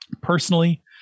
personally